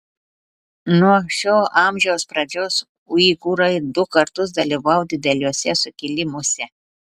nuo šio amžiaus pradžios uigūrai du kartus dalyvavo dideliuose sukilimuose